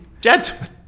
Gentlemen